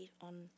on